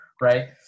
right